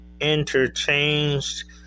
interchanged